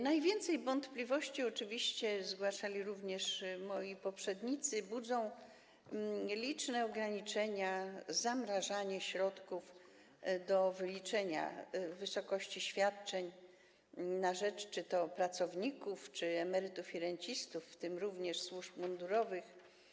Najwięcej wątpliwości - oczywiście zgłaszali je również moi poprzednicy - budzą nieliczne ograniczenia, zamrażanie środków do wyliczenia wysokości świadczeń na rzecz czy to pracowników, czy emerytów i rencistów, w tym również służb mundurowych.